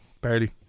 Barely